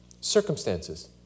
circumstances